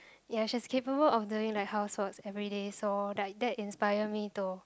ya she's capable of doing like houseworks everyday so like that inspire me to